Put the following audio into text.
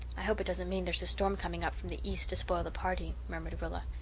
i hope it doesn't mean there's a storm coming up from the east to spoil the party, murmured rilla.